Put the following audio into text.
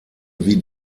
wie